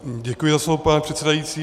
Děkuji za slovo, pane předsedající.